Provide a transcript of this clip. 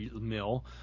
mill